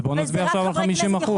אם כן, בואו נצביע עכשיו על 50 אחוזים.